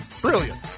Brilliant